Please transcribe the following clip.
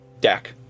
Dak